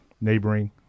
neighboring